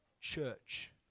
church